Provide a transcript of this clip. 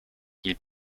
ils